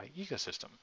ecosystem